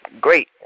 great